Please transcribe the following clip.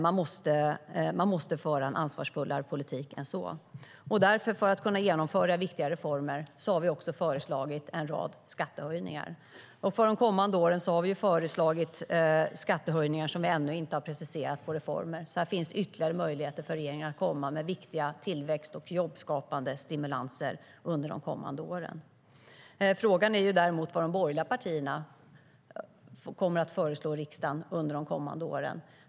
Man måste föra en mer ansvarsfull politik än så.Frågan är däremot vad de borgerliga partierna kommer att föreslå riksdagen under de kommande åren.